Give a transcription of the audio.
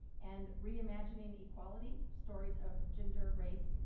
and reimagining equality stories of gender, race,